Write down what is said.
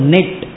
Net